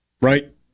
right